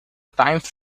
times